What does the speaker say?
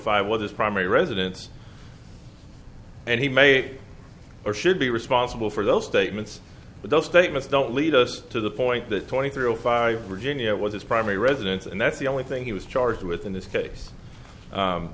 five was his primary residence and he may or should be responsible for those statements but those statements don't lead us to the point that twenty three zero five virginia was his primary residence and that's the only thing he was charged with in this case